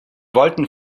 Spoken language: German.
wollten